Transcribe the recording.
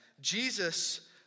Jesus